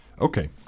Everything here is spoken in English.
Okay